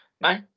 no